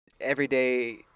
everyday